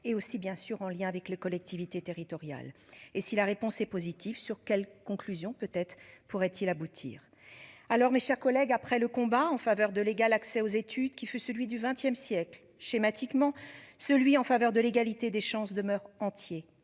et aussi bien sûr en lien avec les collectivités territoriales. Et si la réponse est positive sur quelle conclusion peut-être pourraient-ils aboutir. Alors, mes chers collègues après le combat en faveur de l'égal accès aux études qui fut celui du XXe siècle schématiquement celui en faveur de l'égalité des chances demeure entier